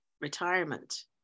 retirement